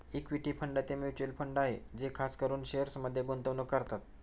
equity fund ते mutual fund आहे जे खास करून शेअर्समध्ये गुंतवणूक करतात